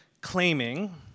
claiming